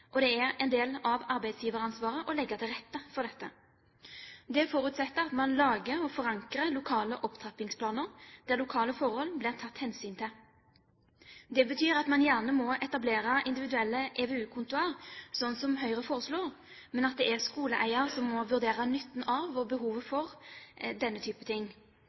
og det er en del av arbeidsgiveransvaret å legge til rette for dette. Det forutsetter at man lager og forankrer lokale opptrappingsplaner der lokale forhold blir tatt hensyn til. Det betyr at man gjerne må etablere individuelle EVU-kontoer, slik som Høyre foreslår, men at det er skoleeier som må vurdere nytten av og behovet for